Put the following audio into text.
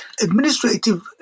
administrative